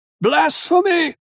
Blasphemy